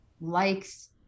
likes